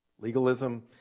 Legalism